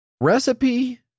Recipe